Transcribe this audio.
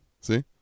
See